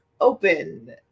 open